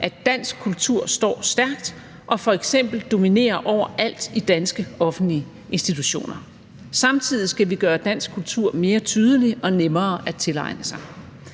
at dansk kultur står stærkt og f.eks. dominerer overalt i danske offentlige institutioner. Samtidig skal vi gøre dansk kultur mere tydelig og nemmere at tilegne sig.